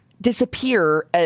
disappear